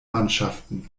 mannschaften